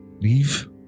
leave